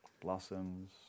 Blossoms